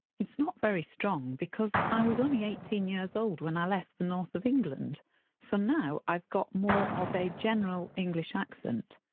it's not very strong, because i was only eighteen years old when i left the north of england so now i've got more of a general english accent.